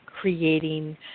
creating